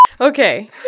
Okay